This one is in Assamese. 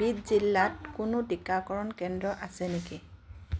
বিদ জিলাত কোনো টীকাকৰণ কেন্দ্ৰ আছে নেকি